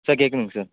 sir கேட்குதுங்க sir